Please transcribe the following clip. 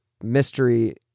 mystery